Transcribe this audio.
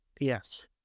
Yes